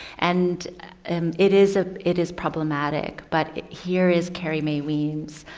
and um it is a it is problematic but here is carrie mae weems.